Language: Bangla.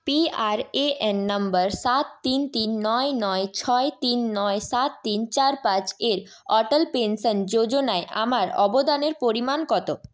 P R A N number সাত তিন তিন নয় নয় ছয় তিন নয় সাত তিন চার পাঁচ এর অটল পেনশন যোজনায় আমার অবদানের পরিমাণ কত